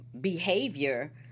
behavior